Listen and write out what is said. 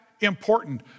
important